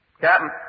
Captain